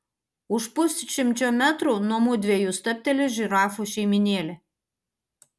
už pusšimčio metrų nuo mudviejų stabteli žirafų šeimynėlė